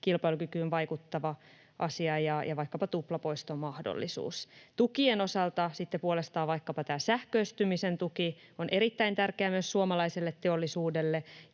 kilpailukykyyn vaikuttava asia, ja vaikkapa tuplapoistomahdollisuuden. Tukien osalta puolestaan vaikkapa tämä sähköistymisen tuki on erittäin tärkeä myös suomalaiselle teollisuudelle,